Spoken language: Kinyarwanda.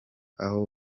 aho